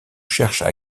cherchent